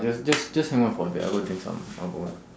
I just just just hang on for a bit I go and drink some I go out